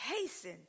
hasten